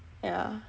yah